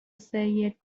سید